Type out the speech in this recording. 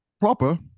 proper